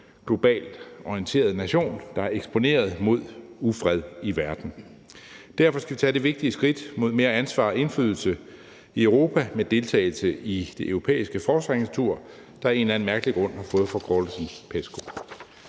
globalt orienteret nation, der er eksponeret for ufred i verden. Derfor skal vi tage det vigtige skridt mod mere ansvar og indflydelse i Europa med deltagelse i Det Europæiske Forsvarsagentur og i det strukturerede samarbejde med forkortelsen PESCO.